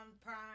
Prime